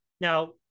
Now